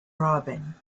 robin